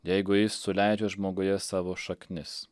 jeigu jis suleidžia žmoguje savo šaknis